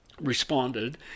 responded